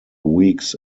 weeks